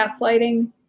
gaslighting